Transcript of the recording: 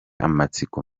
amatsiko